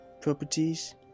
properties